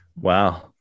Wow